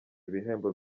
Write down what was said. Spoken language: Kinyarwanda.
ibihembo